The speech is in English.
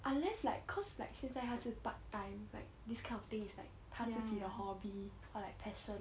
unless like cause like 现在是他是 part time like this kind of thing is like 他自己的 hobby or like passion